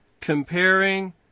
comparing